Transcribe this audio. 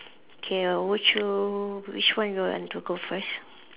K would you which one you want to go first